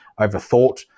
overthought